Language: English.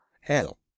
hell